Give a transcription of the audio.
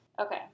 okay